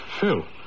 Phil